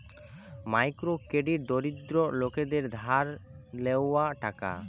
micro credit দরিদ্র লোকদের ধার লেওয়া টাকা